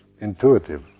intuitive